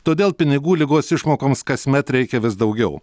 todėl pinigų ligos išmokoms kasmet reikia vis daugiau